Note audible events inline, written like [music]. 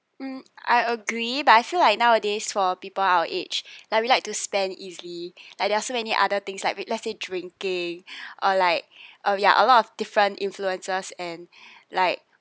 mm I agree but I feel like nowadays for people our age [breath] like we like to spend easily like there are so many other things like with let's say drinking [breath] or like oh ya a lot of different influences and [breath] like